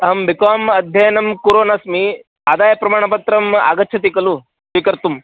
अहं B Com अध्ययनं कुर्वनस्मि आदायप्रमाणपत्रम् आगच्छति खलु स्वीकर्तुम्